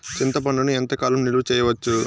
చింతపండును ఎంత కాలం నిలువ చేయవచ్చు?